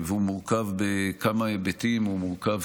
הוא מורכב בכמה היבטים: הוא מורכב,